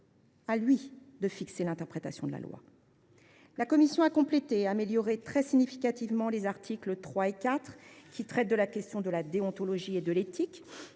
de fixer l’interprétation de la loi. La commission a complété et amélioré très significativement les articles 3 et 4, qui traitent de la question de la déontologie et de l’éthique.